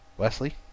Wesley